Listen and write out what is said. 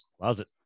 Closet